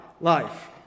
life